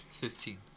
Fifteen